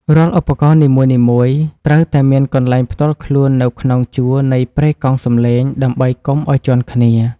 រាល់ឧបករណ៍នីមួយៗត្រូវតែមានកន្លែងផ្ទាល់ខ្លួននៅក្នុងជួរនៃប្រេកង់សំឡេងដើម្បីកុំឱ្យជាន់គ្នា។